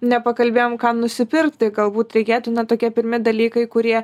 nepakalbėjom ką nusipirkt tai galbūt reikėtų na tokie pirmi dalykai kurie